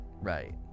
right